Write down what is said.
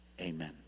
Amen